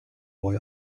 boy